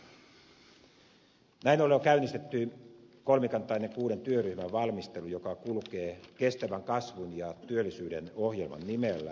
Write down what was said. näin ollen on käynnistetty kolmikantainen kuuden työryhmän valmistelu joka kulkee kestävän kasvun ja työllisyyden ohjelman nimellä